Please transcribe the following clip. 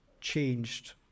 changed